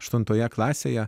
aštuntoje klasėje